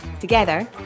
Together